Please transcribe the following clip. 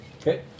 Okay